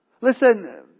Listen